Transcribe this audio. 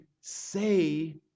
say